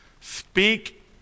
Speak